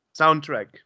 soundtrack